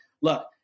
look